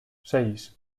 seis